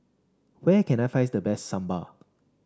where can I find the best Sambar